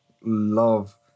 love